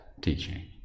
teaching